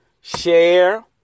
share